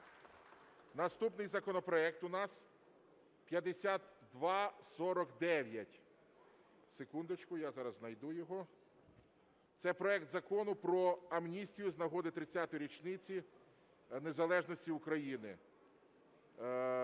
альтернативний законопроект 5249-1. Це проект Закону про амністію з нагоди 30-ї річниці незалежності України.